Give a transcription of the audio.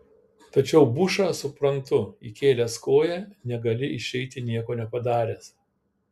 tačiau bušą suprantu įkėlęs koją negali išeiti nieko nepadaręs